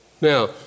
Now